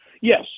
Yes